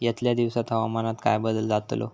यतल्या दिवसात हवामानात काय बदल जातलो?